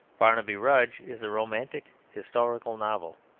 barnaby rudge is a romantic, historical novel.